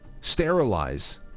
sterilize